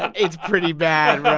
it's pretty bad, but